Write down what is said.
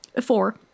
Four